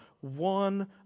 one